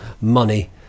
Money